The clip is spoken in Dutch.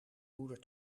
moeder